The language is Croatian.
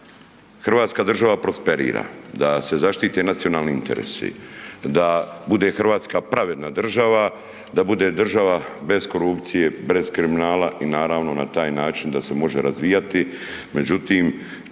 hrvatska država prosperira, da se zaštite nacionalni interesi, da bude Hrvatska pravedna država, da bude država bez korupcije, bez kriminala i naravno na taj način da se može razvijati. Međutim,